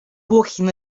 walking